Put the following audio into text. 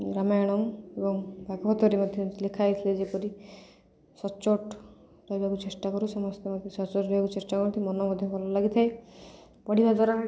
ରାମାୟଣ ଏବଂ ଭାଗବତରେ ମଧ୍ୟ ଲେଖା ହେଇଥିଲେ ଯେପରି ସଚ୍ଚୋଟ ରହିବାକୁ ଚେଷ୍ଟା କରୁ ସମସ୍ତେ ସଚ୍ଚୋଟ ରହିବାକୁ ଚେଷ୍ଟା କରନ୍ତି ମନ ମଧ୍ୟ ଭଲ ଲାଗିଥାଏ ପଢ଼ିବା ଦ୍ୱାରା